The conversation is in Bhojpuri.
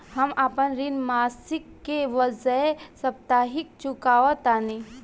हम अपन ऋण मासिक के बजाय साप्ताहिक चुकावतानी